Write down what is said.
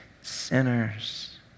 sinners